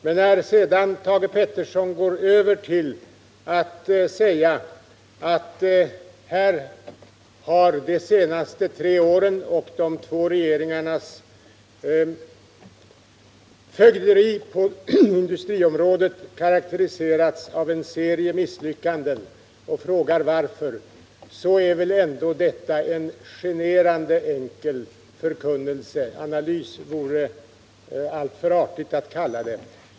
Men när sedan Thage Peterson övergår till att säga att de tre senaste åren och de två regeringarnas fögderi på industriområdet karakteriseras av en serie misslyckanden och frågar varför, så är väl ändå detta en generande enkel förkunnelse — analys vore det alltför artigt att kalla det.